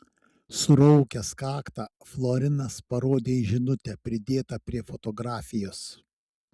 suraukęs kaktą florinas parodė į žinutę pridėtą prie fotografijos